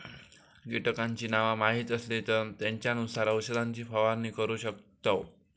कीटकांची नावा माहीत असली तर त्येंच्यानुसार औषधाची फवारणी करू शकतव